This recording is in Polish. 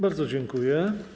Bardzo dziękuję.